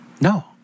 No